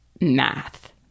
math